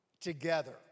together